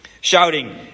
shouting